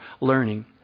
learning